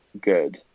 good